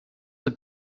have